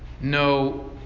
No